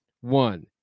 One